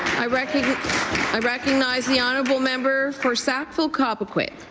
i recognize i recognize the honourable member for sackville-cobequid.